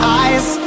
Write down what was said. eyes